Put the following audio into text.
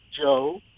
Joe